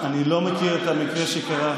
אני לא מכיר את המקרה שקרה.